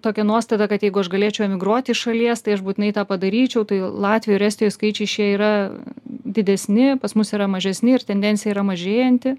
tokia nuostata kad jeigu aš galėčiau emigruoti iš šalies tai aš būtinai tą padaryčiau tai latvijoj ir estijoj skaičiai šie yra didesni pas mus yra mažesni ir tendencija yra mažėjanti